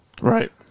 Right